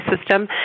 system